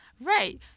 Right